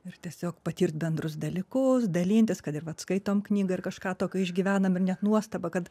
ir tiesiog patirt bendrus dalykus dalintis kad ir skaitom knygą ir kažką tokio išgyvenam ir net nuostaba kad